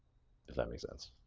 if that makes sense.